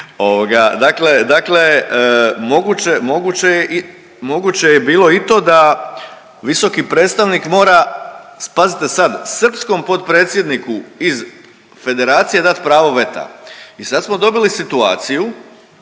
je, moguće je bilo i to da visoki predstavnik mora, pazite sad, srpskom potpredsjedniku iz Federacije dat pravo veta. I sad smo dobili situaciju